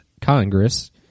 Congress—